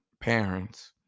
parents